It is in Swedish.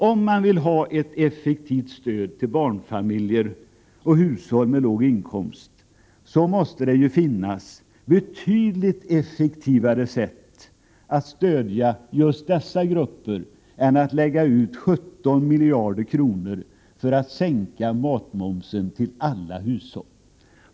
Om man vill ha ett effektivt stöd till barnfamiljer och hushåll med låg inkomst, måste det finnas betydligt effektivare sätt att göra det än att lägga ut 17 miljarder kronor för att sänka matmomsen för alla hushåll.